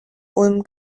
ulm